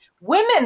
women